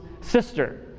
sister